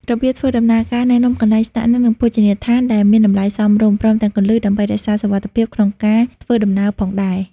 របៀបធ្វើដំណើរ ការណែនាំកន្លែងស្នាក់នៅ និងភោជនីយដ្ឋានដែលមានតម្លៃសមរម្យ ព្រមទាំងគន្លឹះដើម្បីរក្សាសុវត្ថិភាពក្នុងការធ្វើដំណើរផងដែរ។